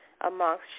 amongst